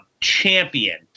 champion